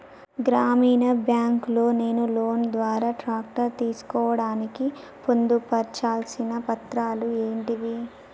గ్రామీణ బ్యాంక్ లో నేను లోన్ ద్వారా ట్రాక్టర్ తీసుకోవడానికి పొందు పర్చాల్సిన పత్రాలు ఏంటివి?